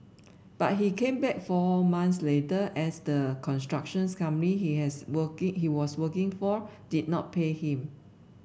but he came back four months later as the construction's company he has working he was working for did not pay him